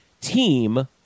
Team